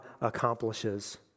accomplishes